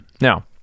now